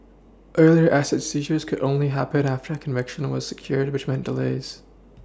earlier asset seizures could only happen after a conviction order secured which meant delays